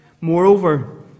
Moreover